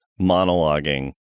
monologuing